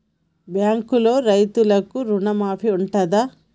బ్యాంకులో రైతులకు రుణమాఫీ ఉంటదా?